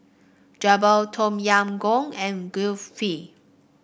Jokbal Tom Yam Goong and Kulfi